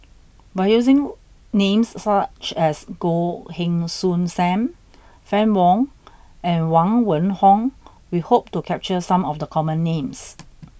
by using names such as Goh Heng Soon Sam Fann Wong and Huang Wenhong we hope to capture some of the common names